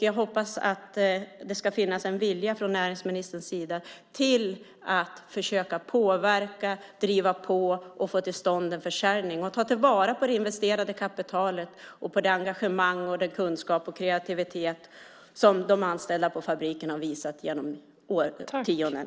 Jag hoppas att det ska finnas en vilja från näringsministerns sida att försöka påverka, driva på och få till stånd en försäljning och ta vara på det investerade kapitalet, på det engagemang och den kunskap och kreativitet som de anställda på fabriken visat under årtionden.